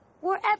Wherever